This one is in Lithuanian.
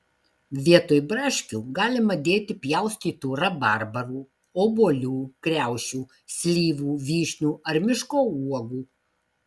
vietoj braškių galima dėti pjaustytų rabarbarų obuolių kriaušių slyvų vyšnių ar miško uogų